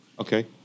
Okay